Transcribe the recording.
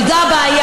אבל זו הבעיה,